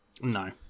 No